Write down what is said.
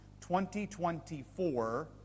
2024